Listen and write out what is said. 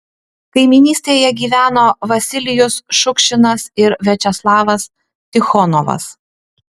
kaimynystėje gyveno vasilijus šukšinas ir viačeslavas tichonovas